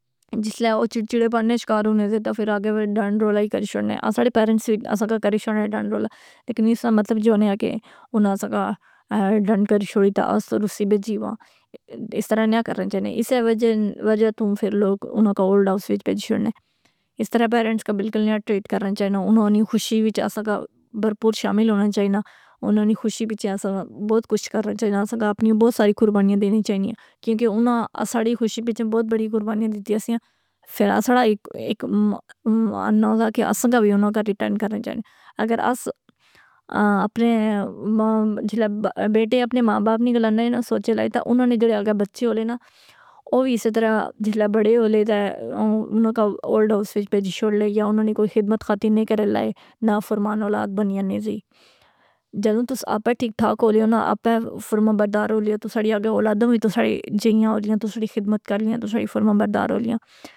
جس لے او چڑچڑے پن نے شکارہونے دے تہ فر آگے وڑ ڈانڈ رولا ای کری شوڑنے، آساڑے پیرنٹس وی اسا کا کری شورنیا ڈانڈ رولہ لیکن اس نہ مطلب جو نیا کہ اناں اسا کا ڈانڈ کری شوڑی تہ اس روسی بیجیوا اس طرح نیا کرنا چائینے۔ اسے وجہ توں فر لوگ اناں کا اولڈ ہاؤس وچ پیجی شوڑنے۔ اس طرح پیرنٹس کا بلکل نیا ٹریٹ کرنا چائینا۔ انہوں نی خوشی وچ اسا کا بھرپور شامل ہونا چائینا، اناں نی خوشی پچھے اساں کا بہت کچھ کرنا چائینا، اساں کا اپنیاں ساریاں قربانیاں دینی چائینیاں۔ کیونکہ اناں اساڑی خوشی پچھے بہت بڑی قربانیاں دتیاں سیاں۔ فر اساڑا ایک ماننا دا کہ اساں کا وی اناں کا ریٹن کرنا چائینا۔ اگراس اپنے جلے بیٹے اپنے ماں باپ نہیں گلاں نئ نہ سوچے لائے تہ اناں نے جیڑے اگے بچے ہو لے نہ، او وی اسے طرح جسلے بڑے ہولے تہ او اناں کا اولڈ ہاؤس وچ پیجی شوڑ لئ گیا یا اناں نی کوئی خدمت خاطر نئ کرا لاۓ۔ نا فرمان اولاد بنی یانے زئی۔ جدوں توس آپے ٹھیک ٹھاک ہو لیو نا آپے فرمانبردار ہو لیو تہ ساڑی آگے اولاداں وی توساڑے جیہیاں ہولیاں، توساڑی خدمت کر لیاں، توساڑی فرمانبردار ہو لیاں۔